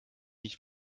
nicht